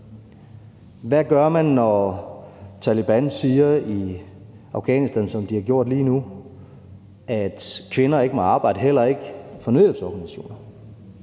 Hvad gør man, når Taleban siger i Afghanistan, som de har gjort lige nu, at kvinder ikke må arbejde, heller ikke for nødhjælpsorganisationer?